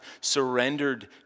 surrendered